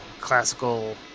classical